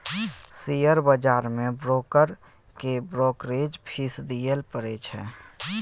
share बजार मे broker केँ ब्रोकरेज फीस दियै परै छै